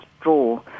draw